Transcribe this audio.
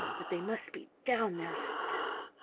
but they must be down there still.